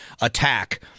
attack